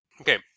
Okay